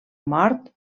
mort